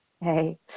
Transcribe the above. Hey